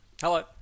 Hello